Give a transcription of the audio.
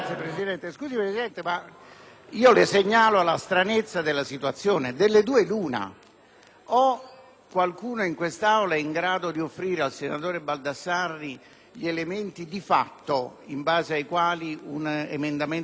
o qualcuno in quest'Aula è in grado di offrire al senatore Baldassarri gli elementi di fatto in base ai quali un emendamento come quello può essere ritirato, ma ieri il ministro Tremonti ci ha detto che non è in grado di farlo,